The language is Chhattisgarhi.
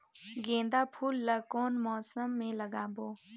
गेंदा फूल ल कौन मौसम मे लगाबो?